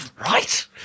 right